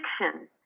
fiction